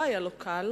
לא היה לו קל.